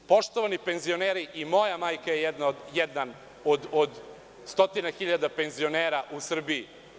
Poštovani penzioneri i moja majka je jedan od 100.000 penzionera u Srbiji.